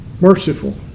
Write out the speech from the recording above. merciful